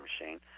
machine